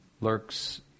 lurks